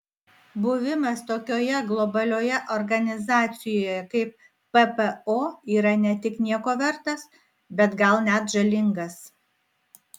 buvimas tokioje globalioje organizacijoje kaip ppo yra ne tik nieko vertas bet gal net žalingas